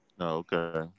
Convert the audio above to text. Okay